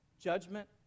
judgment